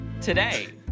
today